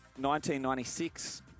1996